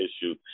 issue